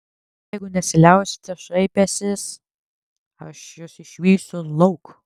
jeigu nesiliausite šaipęsis aš jus išvysiu lauk